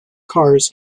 cars